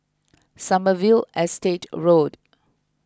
Sommerville Estate Road